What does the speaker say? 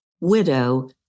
widow